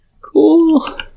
Cool